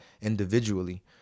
individually